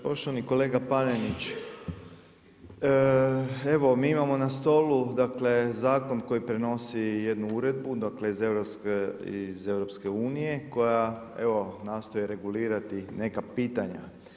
Poštovani kolega Panenić, evo mi imamo na stolu zakon koji prenosi jednu uredbu, dakle iz EU-a koja nastoji regulirati neka pitanja.